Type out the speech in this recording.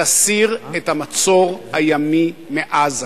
תסיר את המצור הימי מעזה.